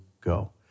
go